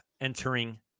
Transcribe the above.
entering